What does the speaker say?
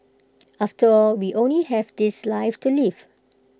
after all we only have this life to live